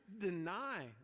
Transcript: deny